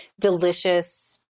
delicious